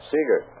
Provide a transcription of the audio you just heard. Seeger